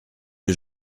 que